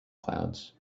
clouds